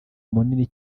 munini